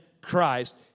Christ